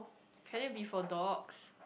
can it be for dogs